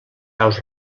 aus